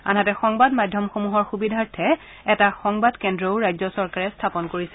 আনহাতে সংবাদ মাধ্যমসমূহৰ সুবিধাৰ্থে এটা সংবাদকেন্দ্ৰও ৰাজ্য চৰকাৰে স্থাপন কৰিছে